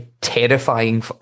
terrifying